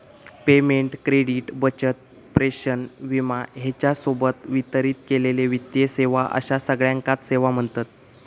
payment, credit, बचत, प्रेषण, विमा ह्येच्या सोबत वितरित केलेले वित्तीय सेवा अश्या सगळ्याकांच सेवा म्ह्णतत